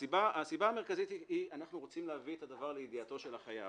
הסיבה המרכזית היא שאנחנו רוצים להביא את הדבר לידיעתו של החייב,